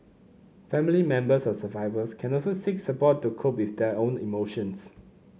family members of survivors can also seek support to cope with their own emotions